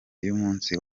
y’umunsi